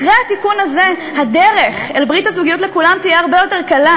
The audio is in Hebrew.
אחרי התיקון הזה הדרך אל ברית הזוגיות לכולם תהיה הרבה יותר קלה,